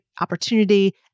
opportunity